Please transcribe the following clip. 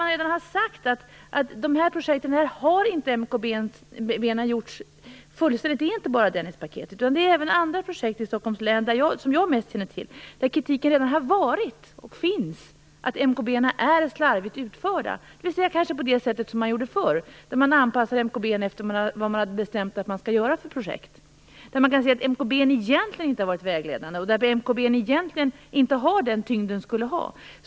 Man har sagt att MKB:na inte har gjorts fullständiga. Det gäller inte bara Dennispaketet utan även andra projekt i Stockholms län, som jag bäst känner till, där kritiken att MKB:na är slarvigt utförda redan har förekommit. De är kanske utförda på det sätt man använde förr, då man anpassade MKB:n efter det projekt man hade bestämt skulle utföras. MKB:n var då egentligen inte vägledande och hade inte den tyngd den skulle ha haft.